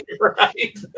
right